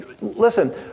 Listen